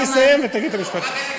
אני אסיים ותגיד את המשפט.